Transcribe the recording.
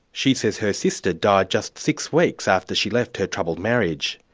she says her sister died just six weeks after she left her troubled marriage.